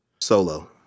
Solo